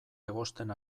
egosten